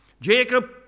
Jacob